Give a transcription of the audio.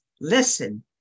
Listen